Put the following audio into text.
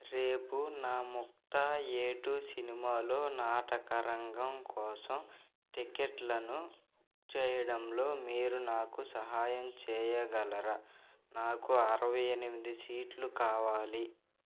రేపు నా Mukta A two సినిమాలో నాటకరంగం కోసం టిక్కెట్లను చేయడంలో మీరు నాకు సహాయం చేయగలరా నాకు అరవై ఎనిమిది సీట్లు కావాలి